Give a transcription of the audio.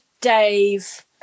Dave